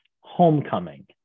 homecoming